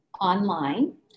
online